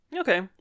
okay